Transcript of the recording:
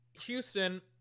Houston